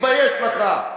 תתבייש לך.